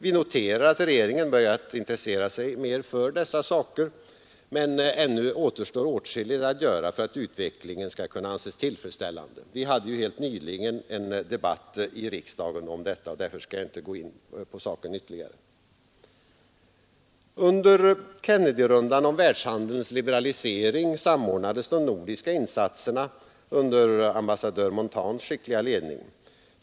Vi noterar att regeringen börjat intressera sig mer för dessa saker. Men ännu återstår åtskilligt att göra för att utvecklingen skall kunna anses tillfredsställande. Vi hade ju helt nyligen en debatt i riksdagen om detta, och därför skall jag inte ytterligare gå in på den frågan. Under Kennedyrundan om världshandelns liberalisering samordnades de nordiska insatserna under ambassadör Montans skickliga ledning.